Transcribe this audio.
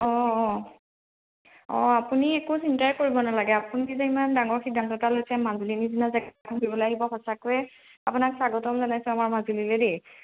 অঁ অঁ অঁ আপুনি একো চিন্তাই কৰিব নালাগে আপুনি যে ইমান ডাঙৰ সিদ্ধান্ত এটা লৈছে মাজুলীৰ নিচিনা জেগা আহিব সঁচাকৈয়ে আপোনাক স্বাগতম জনাইছোঁ আমাৰ মাজুলীলৈ দেই